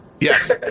Yes